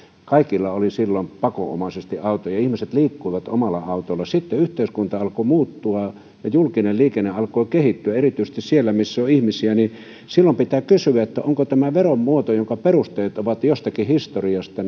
kaikilla oli pakonomaisesti autoja ja ihmiset liikkuivat omalla autolla sitten yhteiskunta alkoi muuttua ja julkinen liikenne alkoi kehittyä erityisesti siellä missä on ihmisiä silloin pitää kysyä pitäisikö ajantasaistaa tämä veron muoto jonka perusteet ovat jostakin historiasta